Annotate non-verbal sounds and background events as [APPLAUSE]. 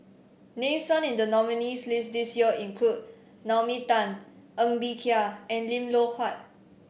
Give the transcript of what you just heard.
names [UNINTELLIGIBLE] in the nominees' list this year include Nao Mi Tan Ng Bee Kia and Lim Loh Huat